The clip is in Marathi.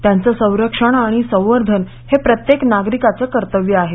त्यांचं संरक्षण आणि संवर्धन हे प्रत्येक नागरिकाचं कर्तव्य आहे